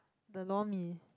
the lor-mee